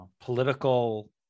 political